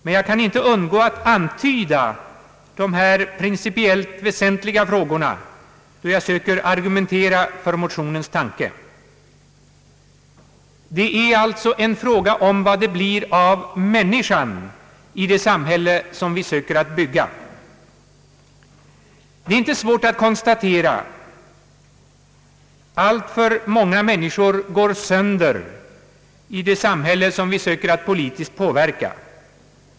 De är emellertid principiellt väsentliga, och därför kan jag inte underlåta att antyda dem, då jag försöker argumentera för tanken bakom motionerna. Vad motionerna gäller är alltså vad det blir av människan i det samhälle som vi vill bygga. Det är inte svårt att konstatera att alltför många människor går sönder i det samhälle som vi söker att politiskt påverka.